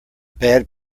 bad